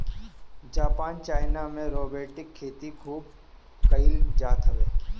Japan China में robotic खेती खूब कईल जात हवे